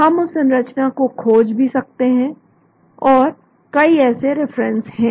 हम उस संरचना को खोज भी सकते हैं और कई ऐसे रेफरेंस हैं